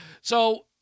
So-